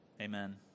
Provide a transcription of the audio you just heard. amen